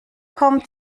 kommt